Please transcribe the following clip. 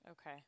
Okay